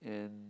and